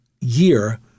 year